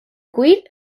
cuir